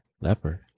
Leopard